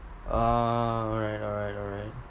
ah alright alright alright